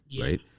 right